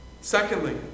Secondly